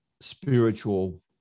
spiritual